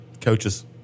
coaches